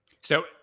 So-